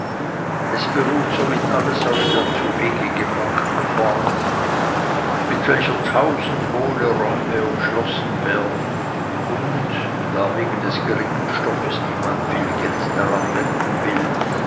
es beruht somit alles auf der zuwege gebrachten form mit welcher tausend hohle räume umschlossen werden und da wegen des geringen stoffes niemand viel geld daranwenden will